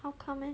how come leh